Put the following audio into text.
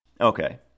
Okay